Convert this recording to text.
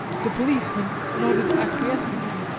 the policeman nodded acquiescence,